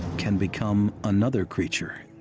can become another creature